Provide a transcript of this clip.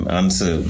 answer